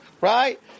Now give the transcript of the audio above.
right